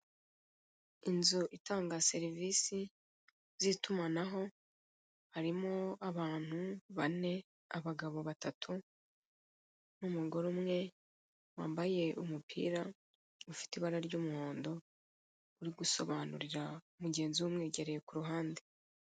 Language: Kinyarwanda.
Inzu itanga serivisi zitumanaho harimo abantu bane abagabo batatu n'umugore umwe wambaye umupira ufite ibara ry'umuhondo uri gusobanurira mugenzi we umwegereye kuruhande.